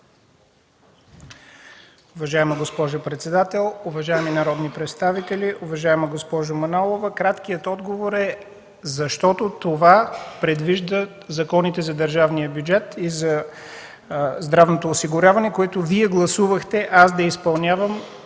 Уважаема госпожо председател, уважаеми народни представители! Уважаема госпожо Манолова, краткият отговор е: защото това предвиждат законите за държавния бюджет и за здравното осигуряване, които Вие гласувахте аз да изпълнявам